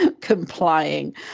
Complying